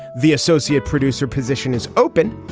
the associate producer position is open.